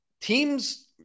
teams